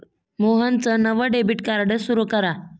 मोहनचं नवं debit card सुरू करा